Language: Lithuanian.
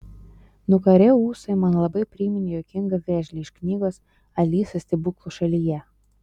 nukarę ūsai man labai priminė juokingą vėžlį iš knygos alisa stebuklų šalyje